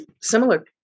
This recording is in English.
similar